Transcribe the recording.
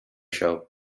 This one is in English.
show